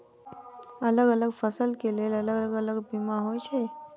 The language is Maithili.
अलग अलग तरह केँ फसल केँ लेल अलग अलग बीमा होइ छै?